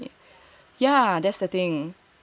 ya that's the thing